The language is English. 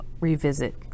revisit